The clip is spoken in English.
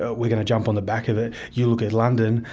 ah we're going to jump on the back of it. you look at london,